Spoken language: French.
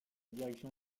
direction